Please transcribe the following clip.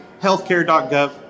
healthcare.gov